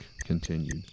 continued